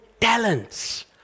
talents